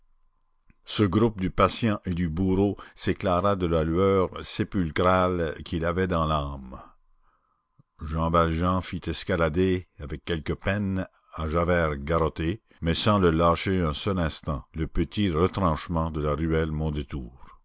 ce groupe du patient et du bourreau s'éclaira de la lueur sépulcrale qu'il avait dans l'âme jean valjean fit escalader avec quelque peine à javert garrotté mais sans le lâcher un seul instant le petit retranchement de la ruelle mondétour